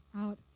out